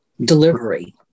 delivery